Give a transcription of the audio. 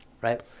right